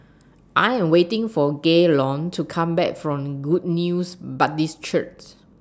I Am waiting For Gaylon to Come Back from Good News Baptist Church